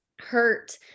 hurt